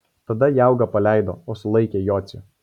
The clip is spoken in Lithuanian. tada jaugą paleido o sulaikė jocį